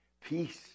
peace